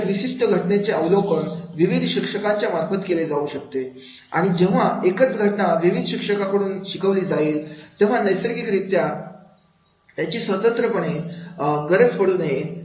अशा विशिष्ट घटनेचे अवलोकन विविध शिक्षकांच्या मार्फत केले जाऊ शकते आणि जेव्हा एकच घटना विविध शिक्षकांकडून शिकवली जाईल तेव्हा नैसर्गिक रित्या काकडे स्वतंत्ररीत्या जायची गरज पडू नये